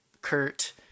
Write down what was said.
Kurt